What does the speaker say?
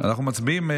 אנחנו מצביעים.